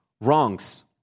wrongs